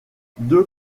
deux